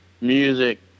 music